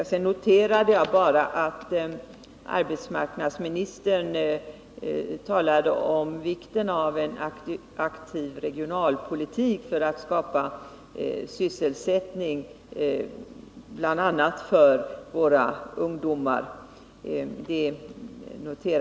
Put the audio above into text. Jag vill till slut bara säga att jag med viss tillfredsställelse noterade att arbetsmarknadsministern talade om vikten av en aktiv regionalpolitik för att skapa sysselsättning för våra ungdomar.